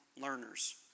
learners